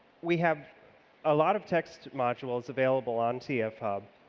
we have a lot of text modules available on tf hub.